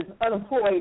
unemployed